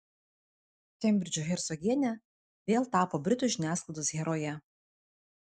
kembridžo hercogienė vėl tapo britų žiniasklaidos heroje